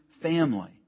family